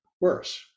worse